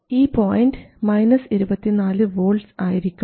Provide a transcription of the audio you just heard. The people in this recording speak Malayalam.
ഈ പോയിൻറ് 24 വോൾട്ട്സ് ആയിരിക്കും